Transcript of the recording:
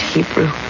Hebrew